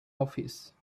office